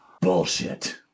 bullshit